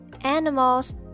Animals